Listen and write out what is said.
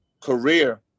career